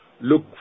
look